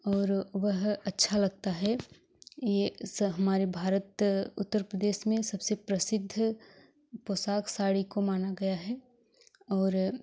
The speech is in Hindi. और वह अच्छा लगता है ये सब हमारे भारत उत्तर प्रदेश में सबसे प्रसिद्ध पोशाक साड़ी को माना गया है और